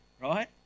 right